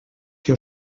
que